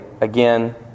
again